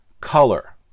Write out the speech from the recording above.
Color